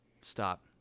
Stop